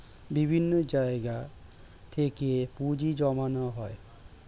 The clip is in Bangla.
বিভিন্ন জায়গা থেকে পুঁজি জমানো হয়